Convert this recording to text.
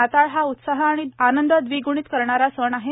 नाताळ हा उत्साह आणि आनंद दविग्णित करणारा सण आहे